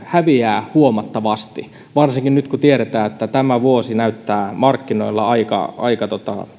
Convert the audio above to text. hän häviää huomattavasti varsinkin nyt kun tiedetään että tämä vuosi näyttää markkinoilla aika